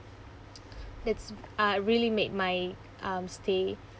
that's uh really made my um stay